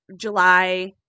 july